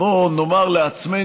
בואו נאמר לעצמנו,